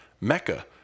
Mecca